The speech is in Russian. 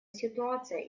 ситуация